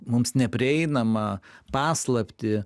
mums neprieinamą paslaptį